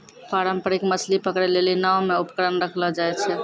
पारंपरिक मछली पकड़ै लेली नांव मे उपकरण रखलो जाय छै